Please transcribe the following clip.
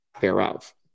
thereof